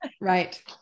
Right